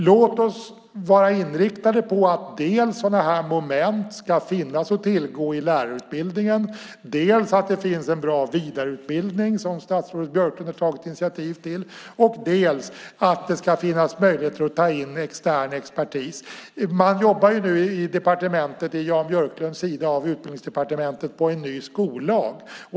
Låt oss vara inriktade på att sådana här moment ska finnas att tillgå i lärarutbildningen, att det finns en bra vidareutbildning, vilket statsrådet Björklund har tagit initiativ till, och att det ska finnas möjligheter att ta in extern expertis. Man jobbar nu på Jan Björklunds sida av Utbildningsdepartementet på en ny skollag.